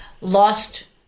lost